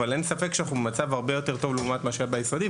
אבל אין ספק שאנחנו במצב הרבה יותר טוב לעומת מה שהיה ביסודי.